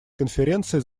конференции